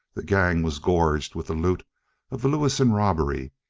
the gang was gorged with the loot of the lewison robbery,